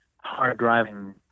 hard-driving